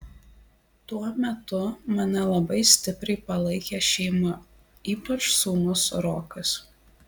tuo metu mane labai stipriai palaikė šeima ypač sūnus rokas